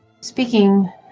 Speaking